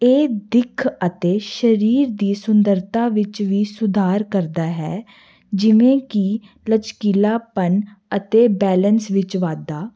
ਇਹ ਦਿੱਖ ਅਤੇ ਸਰੀਰ ਦੀ ਸੁੰਦਰਤਾ ਵਿੱਚ ਵੀ ਸੁਧਾਰ ਕਰਦਾ ਹੈ ਜਿਵੇਂ ਕਿ ਲਚਕੀਲਾਪਨ ਅਤੇ ਬੈਲੇਂਸ ਵਿੱਚ ਵਾਧਾ